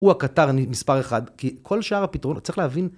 הוא הקטר מספר אחד, כי כל שאר הפתרונות...צריך להבין...